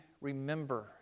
remember